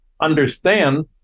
understand